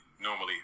normally